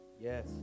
Yes